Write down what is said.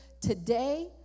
today